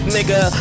Nigga